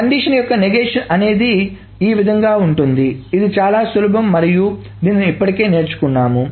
condition యొక్క negation అనేది ఈ విధముగా ఉంటుంది ఇది చాలా సులభం మరియు దీనిని ఇప్పటికే నేర్చుకున్నాము